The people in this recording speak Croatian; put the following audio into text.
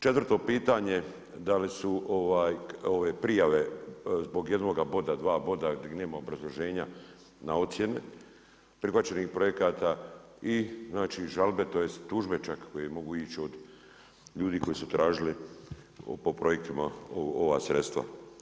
Četvrto pitanje, da li su ove prijave, zbog jednoga boda, dva boda i nema obrazloženja na ocijene, prihvaćenih projekata i znači žalbe, tj. tužbe čak koje mogu ići od ljudi koji su tražili po projektima ova sredstva.